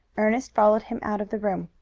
ernest followed him out of the room.